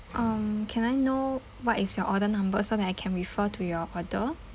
um can I know what is your order number so that I can refer to your order